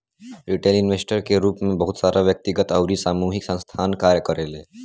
retail investor के रूप में बहुत सारा व्यक्तिगत अउरी सामूहिक संस्थासन कार्य करेले